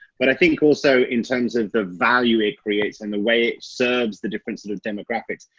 but i think also in terms of the value it creates and the way it serves the different sort of demographics.